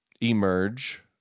emerge